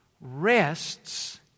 rests